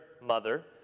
mother